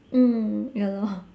mm ya lor